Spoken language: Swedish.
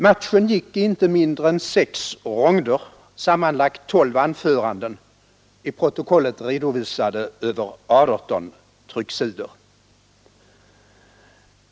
Matchen gick i inte mindre än sex ronder — sammanlagt tolv anföranden, i protokollet redovisas över 16 trycksidor.